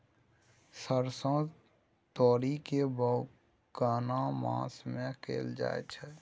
सरसो, तोरी के बौग केना मास में कैल जायत छै?